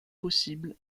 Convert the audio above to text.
possible